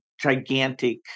gigantic